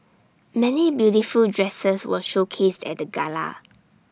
many beautiful dresses were showcased at the gala